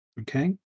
Okay